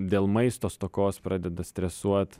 dėl maisto stokos pradeda stresuot